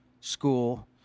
School